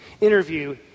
interview